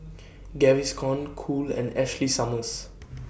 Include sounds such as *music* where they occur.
*noise* Gaviscon Cool and Ashley Summers